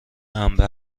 انبه